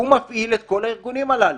הוא מפעיל את כל הארגונים הללו.